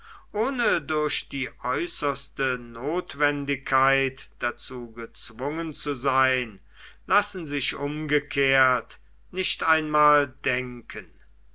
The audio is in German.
ohne durch die äußerste notwendigkeit dazu gezwungen zu sein lassen sich umgekehrt nicht einmal denken